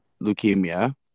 leukemia